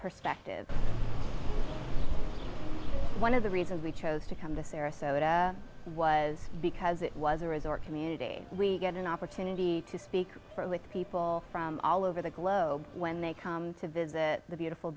perspective one of the reasons we chose to come to sarasota was because it was a resort community we get an opportunity to speak with people from all over the globe when they come to visit the beautiful